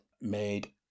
made